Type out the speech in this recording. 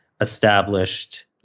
established